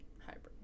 hybrid